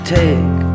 take